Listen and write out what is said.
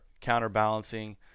counterbalancing